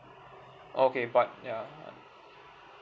okay but ya